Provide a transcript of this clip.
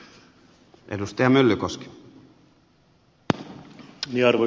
arvoisa puhemies